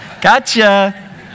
Gotcha